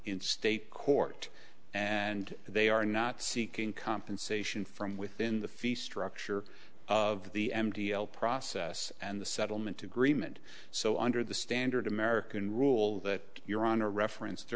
in state court and they are not seeking compensation from within the fee structure of the m t l process and the settlement agreement so under the standard american rule that your honor referenced